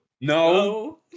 No